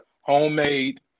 homemade